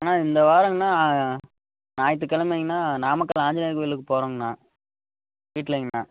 அண்ணா இந்த வாரங்கண்ணா ஞாயித்து கிழமைங்கண்ணா நாமக்கல் ஆஞ்சநேயர் கோயிலுக்கு போறோங்கண்ணா வீட்லைங்கண்ணா